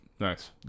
Nice